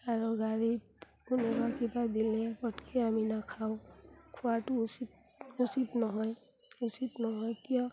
আৰু গাড়ীত কোনোবাই কিবা দিলে পটকৈ আমি নাখাওঁ খোৱাটো উচিত উচিত নহয় উচিত নহয় কিয়